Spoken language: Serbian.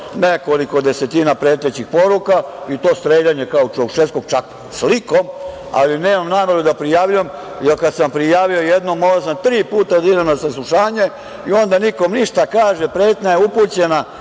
nekoliko desetina pretećih poruka i to streljanje kao Čaušeskog, čak slikom, ali nemam nameru da prijavljujem, jer kada sam prijavio jednom morao sam tri puta da idem na saslušanje i onda nikom ništa, kaže - pretnja je upućena